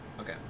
okay